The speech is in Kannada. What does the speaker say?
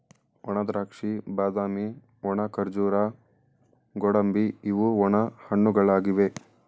ಒಣದ್ರಾಕ್ಷಿ, ಬಾದಾಮಿ, ಒಣ ಖರ್ಜೂರ, ಗೋಡಂಬಿ ಇವು ಒಣ ಹಣ್ಣುಗಳಾಗಿವೆ